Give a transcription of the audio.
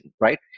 right